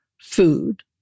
food